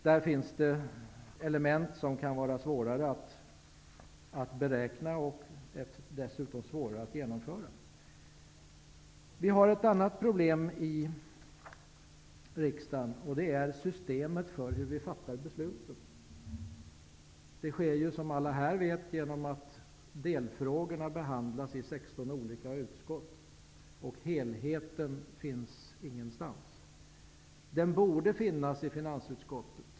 Det finns element som kan vara svårare att beräkna, dessutom svårare att genomföra. Ett annat problem i riksdagen är systemet för hur beslut fattas. Det sker ju som alla här vet genom att delfrågorna behandlas i 16 olika utskott. Helheten finns ingenstans. Den borde finnas i finansutskottet.